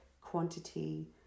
quantity